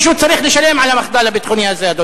מישהו צריך לשלם על המחדל הביטחוני הזה.